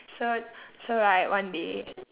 so so right one day